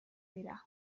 dira